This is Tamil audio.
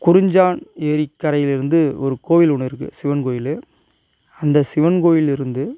கொடிஞ்சான் ஏரிக்கரையிலிருந்து ஒரு கோயில் ஒன்று இருக்கு சிவன் கோயில் அந்த சிவன் கோயில் இருந்து